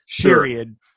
period